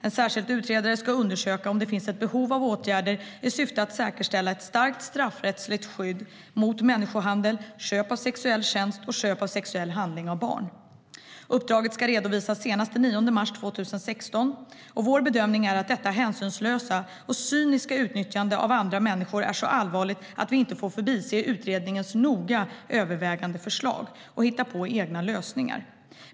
En särskild utredare ska undersöka om det finns ett behov av åtgärder i syfte att säkerställa ett starkt straffrättsligt skydd mot människohandel, köp av sexuell tjänst och köp av sexuell handling av barn. Uppdraget ska redovisas senast den 9 mars 2016, och vår bedömning är att detta hänsynslösa och cyniska utnyttjande av andra människor är så allvarligt att vi inte får förbise utredningens noga övervägda förslag och hitta på egna lösningar.